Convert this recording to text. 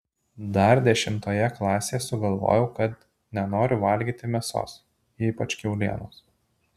dar dešimtoje klasėje sugalvojau kad nenoriu valgyti mėsos ypač kiaulienos